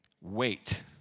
Wait